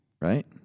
Right